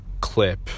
clip